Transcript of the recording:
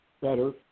better